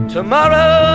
Tomorrow